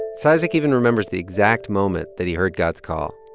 and cizik even remembers the exact moment that he heard god's call.